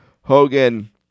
Hogan